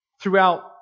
throughout